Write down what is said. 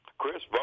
Chris